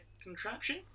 contraption